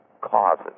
causes